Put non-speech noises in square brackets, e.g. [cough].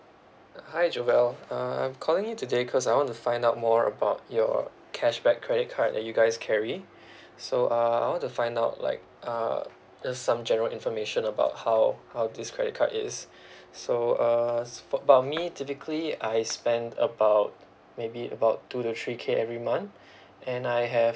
hi joel uh I'm calling in today cause I want to find out more about your cashback credit card that you guys carry [breath] so uh I want to find out like uh just some general information about how how this credit card is [breath] so uh about me typically I spend about maybe about two to three K every month [breath] and I have